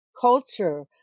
culture